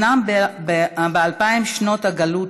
אומנם באלפיים שנות הגלות,